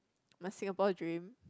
my Singapore dream